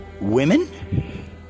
women